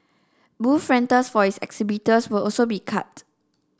booth rentals for its exhibitors will also be cut